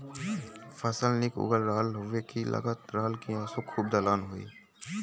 फसल निक उगल रहल हउवे की लगत रहल की असों खूबे दलहन होई